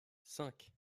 cinq